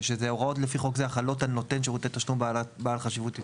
"הוראות לפי חוק זה החלות על נותן שירותי תשלום בעל חשיבות יציבותית"